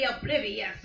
oblivious